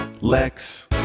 Lex